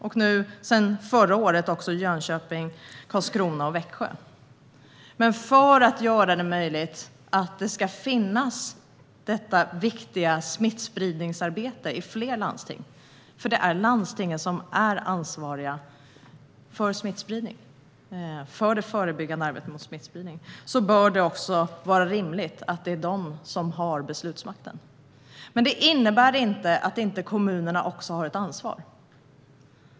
Sedan förra året gäller det också Jönköping, Karlskrona och Växjö. Men för att göra detta viktiga smittskyddsarbete i fler landsting möjligt - det är ju landstinget som är ansvarigt för det förebyggande arbetet mot smittspridning - är det också rimligt att landstingen har beslutsmakten. Det innebär dock inte att inte kommunerna också har ett ansvar.